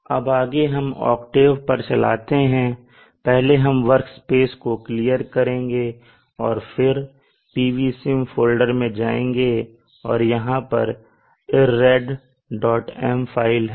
अब आगे हम ओकटेव पर चलते हैं पहले हम वर्कस्पेस को क्लियर करेंगे और फिर pvsim फोल्डर में जाएंगे और यहां पर irradm फाइल है